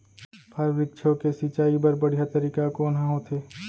फल, वृक्षों के सिंचाई बर बढ़िया तरीका कोन ह होथे?